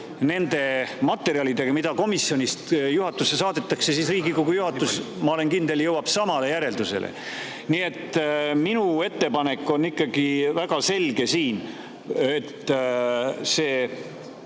nende materjalidega, mida komisjonist juhatusse saadetakse, siis Riigikogu juhatus, ma olen kindel, jõuab samale järeldusele. Nii et minu ettepanek on ikkagi väga selge: see